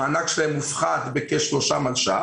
המענק שלהן מופחת בכשלושה מיליון שקלים.